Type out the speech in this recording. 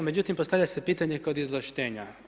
Međutim, postavlja se pitanje kod izvlaštenja.